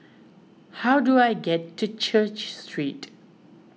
how do I get to Church Street